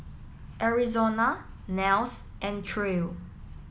Arizona Nels and Trae